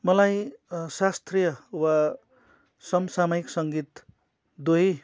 मलाई शास्त्रीय वा समसामायिक सङ्गीत दुवै